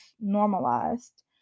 normalized